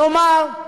כלומר,